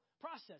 process